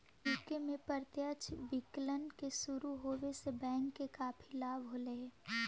UK में प्रत्यक्ष विकलन के शुरू होवे से बैंक के काफी लाभ होले हलइ